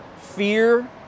fear